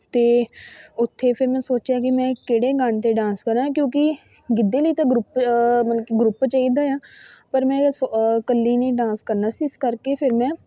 ਅਤੇ ਉੱਥੇ ਫਿਰ ਮੈਂ ਸੋਚਿਆ ਕਿ ਮੈਂ ਕਿਹੜੇ ਗਾਣੇ ਅਤੇ ਡਾਂਸ ਕਰਾਂ ਕਿਉਂਕਿ ਗਿੱਧੇ ਲਈ ਤਾਂ ਗਰੁੱਪ ਮਤਲਬ ਕਿ ਗਰੁੱਪ ਚਾਹੀਦਾ ਆ ਪਰ ਮੈਂ ਸ ਇਕੱਲੀ ਨੇ ਡਾਂਸ ਕਰਨਾ ਸੀ ਇਸ ਕਰਕੇ ਫਿਰ ਮੈਂ